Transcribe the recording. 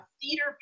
theater